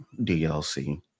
DLC